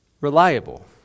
reliable